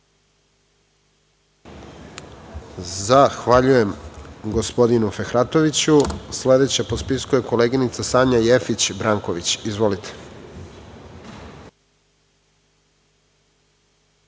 Zahvaljujem, gospodinu Fehratoviću. Sledeća po spisku je Sanja Jeftić Branković. Izvolite.